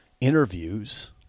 interviews